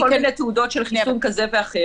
מביא כל מיני תעודות של חיסון כזה ואחר